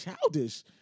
childish